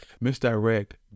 misdirect